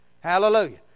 Hallelujah